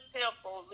temple